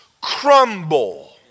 crumble